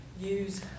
use